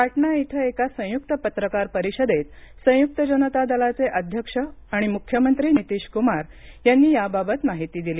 पाटणा इथं एका संयुक्त पत्रकार परिषदेत संय्क्त जनता दलाचे अध्यक्ष आणि म्ख्यमंत्री नितीश क्मार यांनी याबाबत माहिती दिली